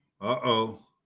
uh-oh